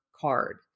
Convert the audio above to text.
card